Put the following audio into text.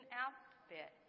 outfit